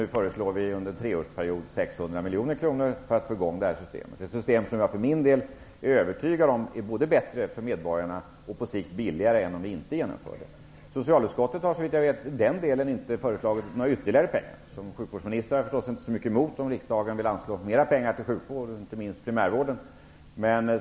Nu föreslår vi 600 miljoner kronor under en treårsperiod för att få i gång det här systemet, som jag för min del är övertygad om är både bättre för medborgarna och på sikt billigare än om vi inte genomför det. Socialutskottet har, såvitt jag vet, inte föreslagit några ytterligare pengar till den delen. Som sjukvårdsminister har jag förstås inte så mycket emot om riksdagen vill anslå mer pengar till sjukvård, inte minst till primärvården.